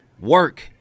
Work